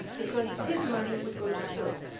because his money would go to sir.